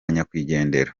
nyakwigendera